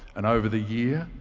and over the year,